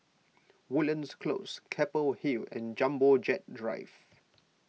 Woodlands Close Keppel Hill and Jumbo Jet Drive